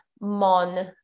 Mon